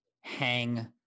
hang